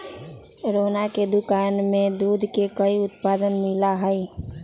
रोहना के दुकान में दूध के कई उत्पाद मिला हई